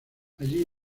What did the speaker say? allí